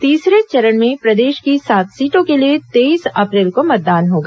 तीसरे चरण में प्रदेश की सात सीटों के लिए तेईस अप्रैल को मतदान होगा